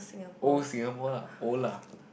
old Singapore lah old lah